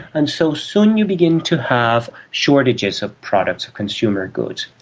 and so soon you begin to have shortages of products, of consumer goods.